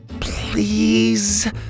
Please